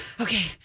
Okay